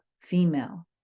female